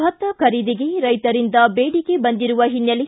ಭತ್ತ ಖರೀದಿಗೆ ರೈತರಿಂದ ಬೇಡಿಕೆ ಬಂದಿರುವ ಹಿನ್ನೆಲೆ